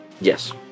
yes